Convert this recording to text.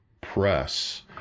press